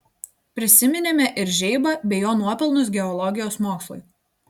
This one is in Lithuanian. prisiminėme ir žeibą bei jo nuopelnus geologijos mokslui